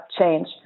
change